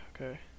Okay